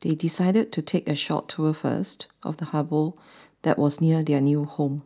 they decided to take a short tour first of the harbour that was near their new home